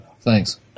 thanks